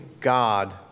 God